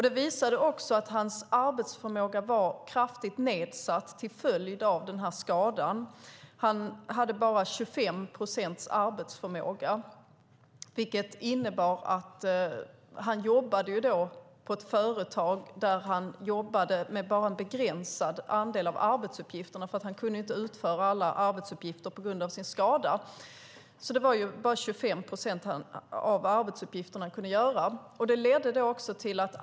Det visade sig också att hans arbetsförmåga var kraftigt nedsatt till följd av den här skadan. Han hade bara 25 procents arbetsförmåga, vilket innebar att han på företaget där han jobbade bara utförde en begränsad andel av arbetsuppgifterna. Han kunde inte utföra alla arbetsuppgifter på grund av sin skada. Det var bara 25 procent av arbetsuppgifterna han kunde göra.